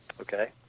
Okay